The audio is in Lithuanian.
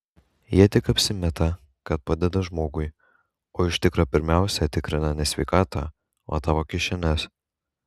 jie tik apsimeta kad padeda žmogui o iš tikro pirmiausia tikrina ne sveikatą o tavo kišenes